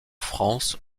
france